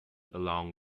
along